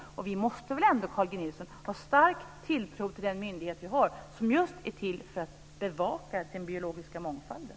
Vi måste väl ändå, Carl G Nilsson, har stark tilltro till den myndighet som är till just för att bevaka den biologiska mångfalden.